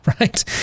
right